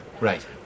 Right